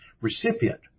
recipient